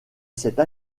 cette